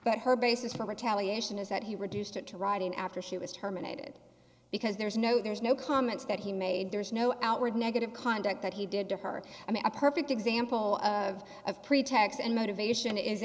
but her basis for retaliation is that he reduced it to writing after she was terminated because there's no there's no comments that he made there's no outward negative conduct that he did to her i mean a perfect example of pretext and motivation is